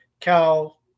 Cal